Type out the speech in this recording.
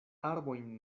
arbojn